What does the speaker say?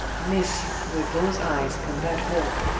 miss, with those eyes, and that walk!